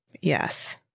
Yes